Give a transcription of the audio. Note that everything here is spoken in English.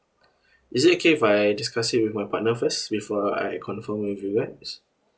is it okay if I discuss it with my partner first before I confirm with you guys